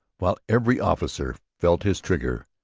while every officer felt his trigger.